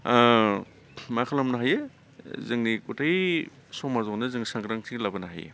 मा खालामनो हायो जोंनि गथै समाजावनो जों सांग्रांथि लाबोनो हायो